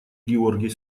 георгий